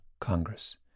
Congress